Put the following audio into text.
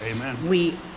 Amen